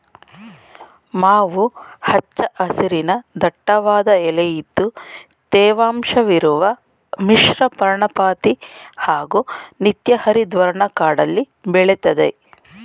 ಮಾವು ಹಚ್ಚ ಹಸಿರಿನ ದಟ್ಟವಾದ ಎಲೆಇದ್ದು ತೇವಾಂಶವಿರುವ ಮಿಶ್ರಪರ್ಣಪಾತಿ ಹಾಗೂ ನಿತ್ಯಹರಿದ್ವರ್ಣ ಕಾಡಲ್ಲಿ ಬೆಳೆತದೆ